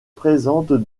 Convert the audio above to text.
présente